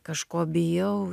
kažko bijau